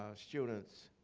students,